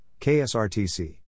KSRTC